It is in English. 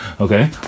okay